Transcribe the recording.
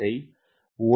0 முதல் 1